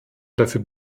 dafür